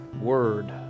word